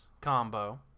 combo